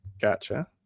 Gotcha